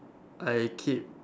I keep